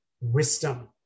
wisdom